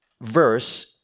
verse